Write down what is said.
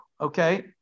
Okay